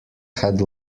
had